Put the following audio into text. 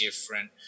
different